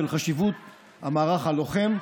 של חשיבות המערך הלוחם,